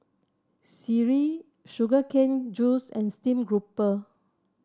sireh Sugar Cane Juice and stream grouper